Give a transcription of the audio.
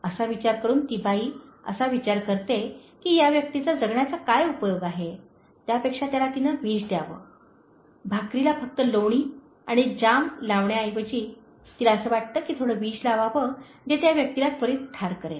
असा विचार करून ती बाई असा विचार करते की या व्यक्तीचा जगण्याचा काय उपयोग आहे त्यापेक्षा त्याला तिने विष द्यावे भाकरीला फक्त लोणी आणि जाम लावण्याऐवजी तिला असे वाटते की थोडे विष लावावे जे त्या व्यक्तीला त्वरित ठार मारेल